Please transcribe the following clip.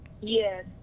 Yes